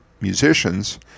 musicians